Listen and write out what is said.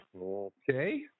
Okay